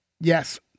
Yes